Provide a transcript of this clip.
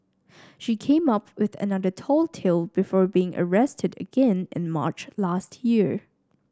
she came up with another tall tale before being arrested again in March last year